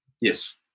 Yes